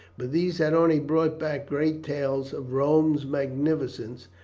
but these had only brought back great tales of rome's magnificence,